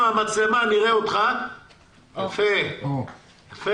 מעניין אותי בכמה אנשים מדובר כי היום